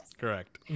Correct